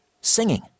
singing